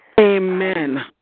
Amen